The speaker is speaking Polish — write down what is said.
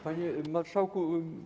Panie Marszałku!